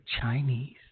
Chinese